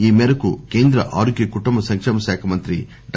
ఈ మేరకు కేంద్ర ఆరోగ్య కుటుంబ సంకేమ శాఖ మంత్రి డా